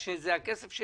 חברי הציג כאן לגבי נצרת.